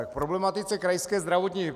K problematice Krajské zdravotní.